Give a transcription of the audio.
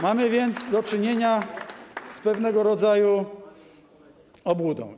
Mamy więc do czynienia z pewnego rodzaju obłudą.